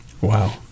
Wow